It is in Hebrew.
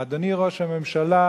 אדוני ראש הממשלה,